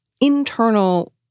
internal